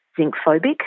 zinc-phobic